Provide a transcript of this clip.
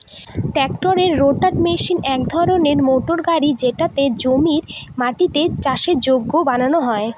ট্রাক্টরের rotavator machine এক ধরনের মোটর গাড়ি যেটাতে জমির মাটিকে চাষের যোগ্য বানানো হয়